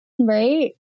Right